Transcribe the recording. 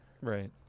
Right